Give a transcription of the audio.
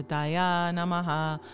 Namaha